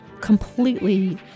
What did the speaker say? completely